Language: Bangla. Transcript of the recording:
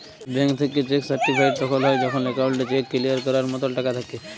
ব্যাংক থ্যাইকে চ্যাক সার্টিফাইড তখল হ্যয় যখল একাউল্টে চ্যাক কিলিয়ার ক্যরার মতল টাকা থ্যাকে